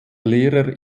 lehrer